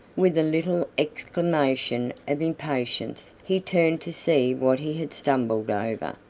with a little exclamation of impatience he turned to see what he had stumbled over.